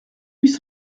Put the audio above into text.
huit